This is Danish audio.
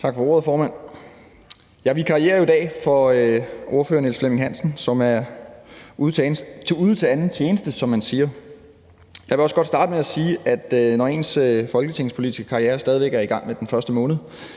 Tak for ordet, formand. Jeg vikarierer i dag for ordfører Niels Flemming Hansen, som er ude til anden tjeneste, som man siger. Jeg vil også godt starte med at sige, at når ens folketingspolitiske karriere stadig væk er i dens første måned